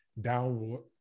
downward